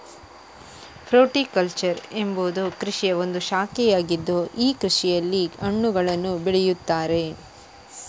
fruticulture ಎಂಬುವುದು ಕೃಷಿಯ ಒಂದು ಶಾಖೆಯಾಗಿದ್ದು ಈ ಕೃಷಿಯಲ್ಲಿ ಹಣ್ಣುಗಳನ್ನು ಬೆಳೆಯುತ್ತಾರೆ